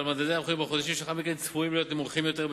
אבל מדדי המחירים בחודשים שלאחר מכן צפויים להיות נמוכים יותר,